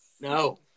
no